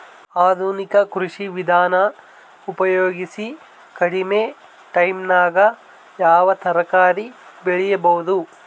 ಆಧುನಿಕ ಕೃಷಿ ವಿಧಾನ ಉಪಯೋಗಿಸಿ ಕಡಿಮ ಟೈಮನಾಗ ಯಾವ ತರಕಾರಿ ಬೆಳಿಬಹುದು?